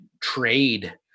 trade